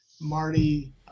Marty